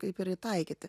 kaip ir įtaikyti